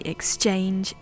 Exchange